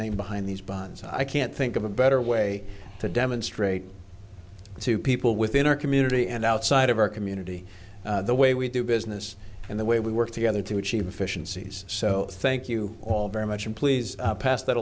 name behind these bonds i can't think of a better way to demonstrate to people within our community and outside of our community the way we do business and the way we work together to achieve efficiencies so thank you all very much and please pass that